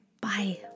Bye